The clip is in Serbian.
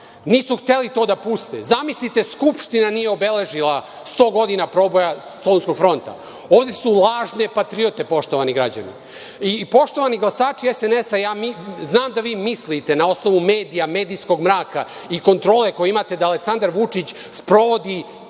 nisu hteli to da puste. Zamislite, Skupština nije obeležila 100 godina proboja Solunskog fronta. Oni su lažne patriote, poštovani građani. Poštovani glasači SNS, znam da vi mislite, na osnovu medija, medijskog mraka i kontrole koju imate, da Aleksandar Vučić sprovodi